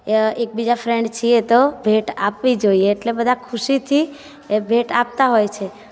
એ એક બીજા ફ્રેન્ડ છીએ તો ભેટ આપવી જોઈએ એટલે બધા ખુશીથી એ ભેટ આપતા હોય છે